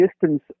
distance